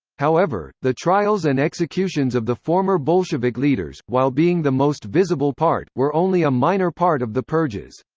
however, the trials and executions of the former bolshevik leaders, while being the most visible part, were only a minor part of the purges.